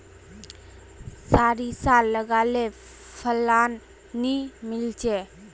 सारिसा लगाले फलान नि मीलचे?